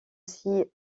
s’y